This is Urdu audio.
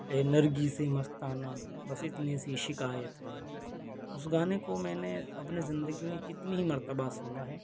اے نرگسِ مستانہ بس اتنی سی شکایت ہے اُس گانے کو میں نے اپنے زندگی میں کتنی ہی مرتبہ سُنا ہے